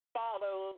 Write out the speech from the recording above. follow